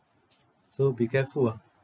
so be careful ah